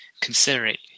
considerate